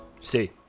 See